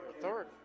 third